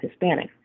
Hispanics